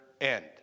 end